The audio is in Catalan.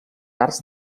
arts